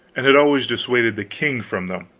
and had always dissuaded the king from them.